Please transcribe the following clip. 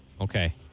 Okay